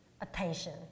attention